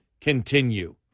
continue